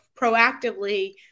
proactively